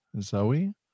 Zoe